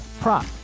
prop